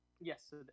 yes